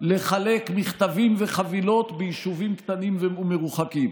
לחלק מכתבים וחבילות ביישובים קטנים ומרוחקים,